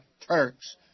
Turks